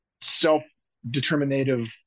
self-determinative